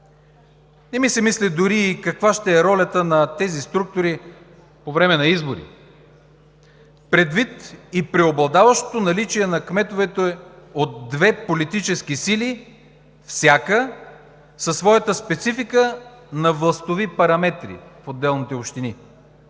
Не ми се мисли дори и каква ще е ролята на тези структури по време на избори, предвид и преобладаващото наличие на кметове от две политически сили, всяка със своята специфика на властови параметри в отделните общини.